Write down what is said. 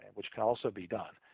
and which can also be done.